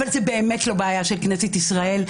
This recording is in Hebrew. אבל זאת באמת לא בעיה של כנסת ישראל,